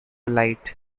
light